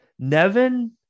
Nevin